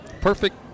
Perfect